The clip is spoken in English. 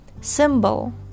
symbol